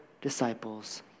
disciples